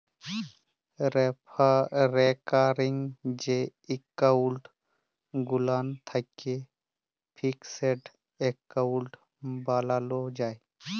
recurring যে account গুলান থ্যাকে ফিকসেড এক্কাউল্ট বালালো যায়